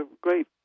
great